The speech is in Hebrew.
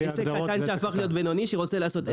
עסק קטן שהפך להיות בינוני שרוצה לעשות אקזיט,